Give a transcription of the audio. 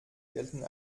gelten